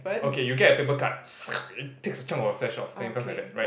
okay you get a paper cut it takes a chunk of your flesh off then it becomes like that right